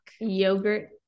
yogurt